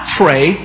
pray